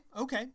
okay